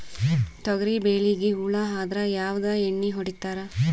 ತೊಗರಿಬೇಳಿಗಿ ಹುಳ ಆದರ ಯಾವದ ಎಣ್ಣಿ ಹೊಡಿತ್ತಾರ?